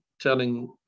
telling